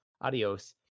adios